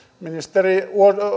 ministeri